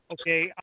okay